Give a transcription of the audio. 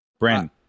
Bren